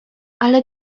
ale